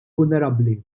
vulnerabbli